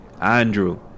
Andrew